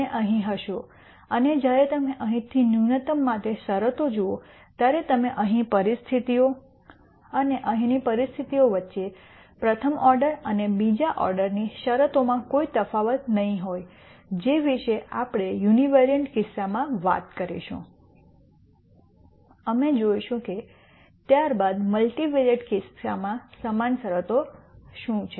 અને અહીં હશો અને જ્યારે તમે અહીંથી ન્યુનત્તમ માટે શરતો જુઓ ત્યારે તમે અહીં પરિસ્થિતિઓ અને અહીંની પરિસ્થિતિઓ વચ્ચે પ્રથમ ઓર્ડર અને બીજા ઓર્ડરની શરતોમાં કોઈ તફાવત નહીં હોય જે વિશે આપણે યુનિવેરિએંટ કિસ્સામાં વાત કરીશું અમે જોઈશું કે ત્યારબાદ મલ્ટિવેરિયેટ કેસમાં સમાન શરતો શું છે